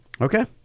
Okay